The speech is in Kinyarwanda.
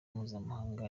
mpuzamahanga